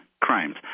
crimes